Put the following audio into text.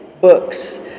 books